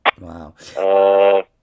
Wow